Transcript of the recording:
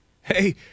hey